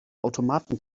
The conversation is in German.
automaten